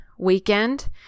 weekend